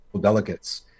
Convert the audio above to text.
delegates